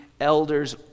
elders